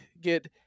get